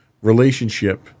relationship